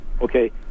Okay